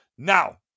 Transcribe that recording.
Now